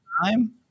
time